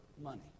money